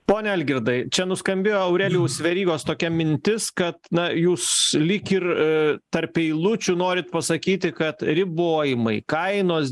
pone algirdai čia nuskambėjo aurelijaus verygos tokia mintis kad na jūs lyg ir tarp eilučių norit pasakyti kad ribojimai kainos